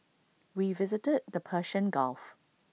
we visited the Persian gulf